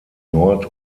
nord